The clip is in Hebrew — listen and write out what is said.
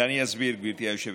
ואני אסביר, גברתי היושבת-ראש.